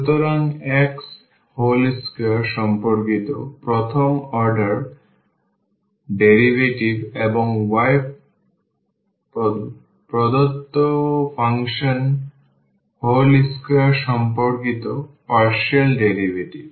সুতরাং x whole square সম্পর্কিত প্রথম অর্ডার ডেরিভেটিভ এবং y প্রদত্ত ফাংশন whole square সম্পর্কিত পার্শিয়াল ডেরিভেটিভ